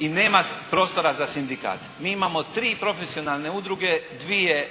I nema prostora za sindikat. Mi imamo tri profesionalne udruge, dvije